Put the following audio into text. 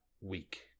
week